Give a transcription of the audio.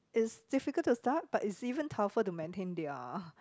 it's difficult to start but it's even tougher to maintain their